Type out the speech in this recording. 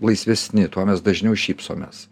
laisvesni tuo mes dažniau šypsomės